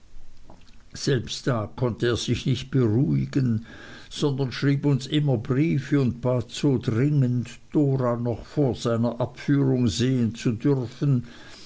selbst da konnte er sich nicht beruhigen sondern schrieb uns immer briefe und bat so dringend dora noch vor seiner abführung sehen zu dürfen